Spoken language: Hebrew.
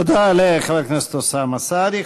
תודה לחבר הכנסת אוסאמה סעדי.